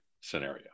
scenario